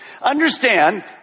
Understand